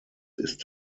ist